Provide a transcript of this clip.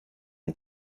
and